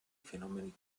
fenomeni